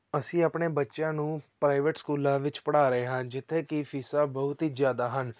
ਅਸੀਂ ਆਪਣੇ ਬੱਚਿਆਂ ਨੂੰ ਪ੍ਰਾਈਵੇਟ ਸਕੂਲਾਂ ਵਿੱਚ ਪੜ੍ਹਾ ਰਹੇ ਹਾਂ ਜਿੱਥੇ ਕਿ ਫੀਸਾਂ ਬਹੁਤ ਹੀ ਜ਼ਿਆਦਾ ਹਨ